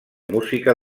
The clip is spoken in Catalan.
música